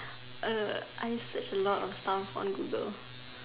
I search a lot of stuff on Google